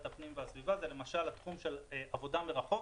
הפנים והסביבה זה התחום של עבודה מרחוק,